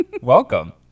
Welcome